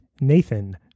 Nathan